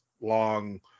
long –